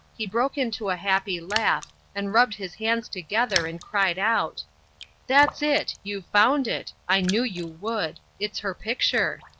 he broke into a happy laugh, and rubbed his hands together, and cried out that's it! you've found it. i knew you would. it's her picture.